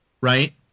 right